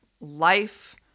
life